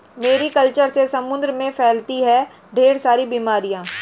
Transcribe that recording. Mary culture से समुद्र में फैलती है ढेर सारी बीमारियां